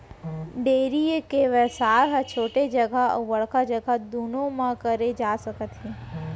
dairy के बेवसाय ह छोटे जघा अउ बड़का जघा दुनों म करे जा सकत हे